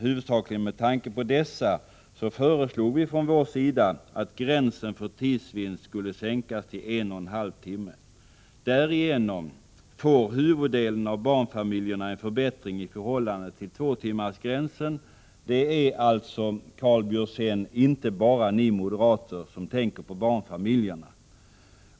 Huvudsakligen med tanke på barnfamiljerna föreslog vi från vår sida att gränsen för tidsvinst skulle sänkas till en och en halv timme. Därigenom får huvuddelen av barnfamiljerna en förbättring i förhållande till vad som gäller med tvåtimmarsgränsen. Det är alltså, Karl Björzén, inte bara ni moderater som tänker på barnfamiljerna.